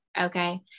okay